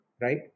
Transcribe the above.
right